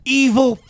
evil